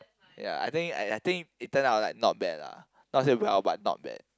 ya I think I I think it turned out like not bad lah not say well but not bad